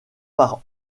par